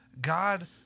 God